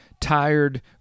tired